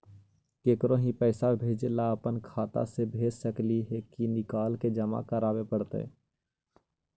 केकरो ही पैसा भेजे ल अपने खाता से ही भेज सकली हे की निकाल के जमा कराए पड़तइ?